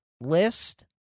list